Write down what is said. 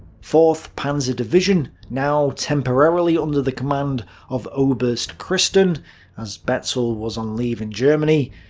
fourth panzer division, now temporarily under the command of oberst christern as betzel was on leave in germany,